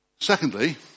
Secondly